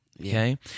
Okay